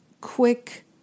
quick